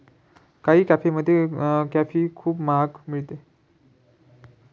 काही कॅफेमध्ये कॉफी खूपच महाग मिळते